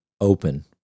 Open